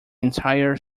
entire